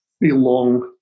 belong